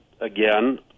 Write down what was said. Again